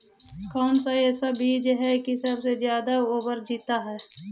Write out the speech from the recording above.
कौन सा ऐसा बीज है की सबसे ज्यादा ओवर जीता है?